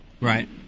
Right